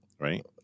right